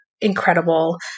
incredible